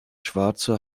schwarze